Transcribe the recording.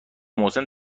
محسن